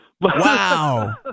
Wow